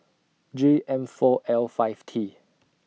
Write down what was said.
J M four L five T